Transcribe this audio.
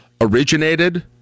Originated